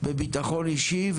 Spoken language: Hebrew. בביטחון אישי,